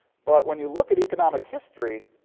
but when you look at economic history,